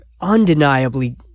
undeniably